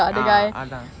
ah அதான்:athaan